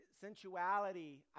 sensuality